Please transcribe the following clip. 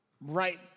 right